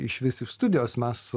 išvis iš studijos mes